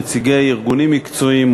נציגי ארגונים מקצועיים,